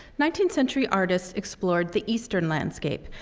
nineteenth century artists explored the eastern landscape,